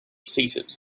seated